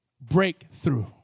breakthrough